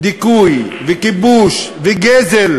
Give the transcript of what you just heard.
דיכוי וכיבוש וגזל,